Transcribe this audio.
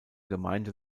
gemeinde